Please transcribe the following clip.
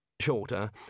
shorter